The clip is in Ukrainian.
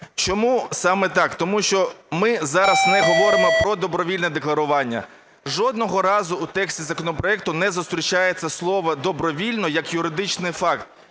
Чому саме так? Тому що ми зараз не говоримо про добровільне декларування. Жодного разу у тексті законопроекту не зустрічається слово "добровільно" як юридичний факт.